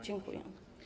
Dziękuję.